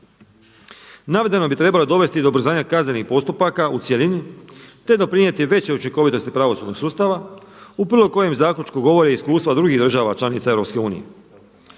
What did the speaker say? Navedeno bi trebalo dovesti do ubrzanja kaznenih postupaka u cjelini, te doprinijeti većoj učinkovitosti pravosudnog sustava u prilog kojem zaključku govori iskustva drugih država članica EU.